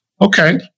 okay